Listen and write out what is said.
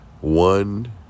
One